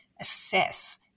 assess